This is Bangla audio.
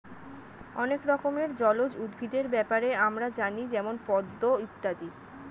অনেক রকমের জলজ উদ্ভিদের ব্যাপারে আমরা জানি যেমন পদ্ম ইত্যাদি